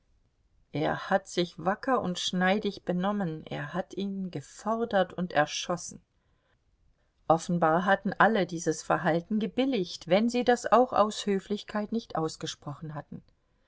er hat sich wacker und schneidig benommen er hat ihn gefordert und erschossen offenbar hatten alle dieses verhalten gebilligt wenn sie das auch aus höflichkeit nicht ausgesprochen hatten